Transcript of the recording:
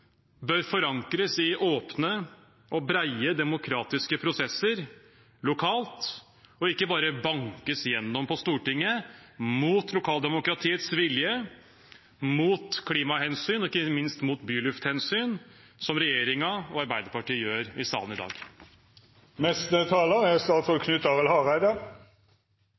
bør forankres i åpne og brede demokratiske prosesser lokalt og ikke bare bankes igjennom i Stortinget mot lokaldemokratiets vilje, mot klimahensyn og ikke minst mot bylufthensyn, som regjeringen og Arbeiderpartiet gjør i salen i dag. Det har vore ein lang og brokete veg til der me er